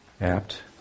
apt